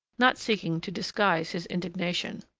not seeking to disguise his indignation.